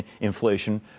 inflation